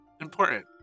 important